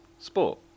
sport